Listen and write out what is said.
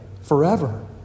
forever